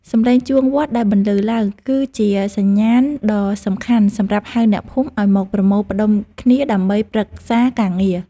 សំឡេងជួងវត្តដែលបន្លឺឡើង គឺជាសញ្ញាណដ៏សំខាន់សម្រាប់ហៅអ្នកភូមិឱ្យមកប្រមូលផ្ដុំគ្នាដើម្បីប្រឹក្សាការងារ។